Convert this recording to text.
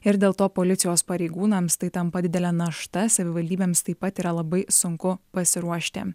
ir dėl to policijos pareigūnams tai tampa didele našta savivaldybėms taip pat yra labai sunku pasiruošti